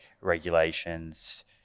regulations